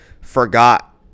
forgot